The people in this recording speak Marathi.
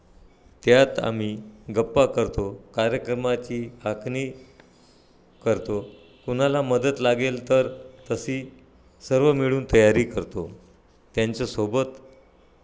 त्यात आम्ही गप्पा करतो कार्यक्रमाची आखणी करतो कुणाला मदत लागेल तर तशी सर्व मिळून तयारी करतो त्यांच्यासोबत